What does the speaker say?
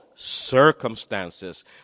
circumstances